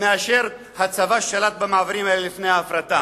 מאשר הצבא ששלט במעברים האלה לפני ההפרטה.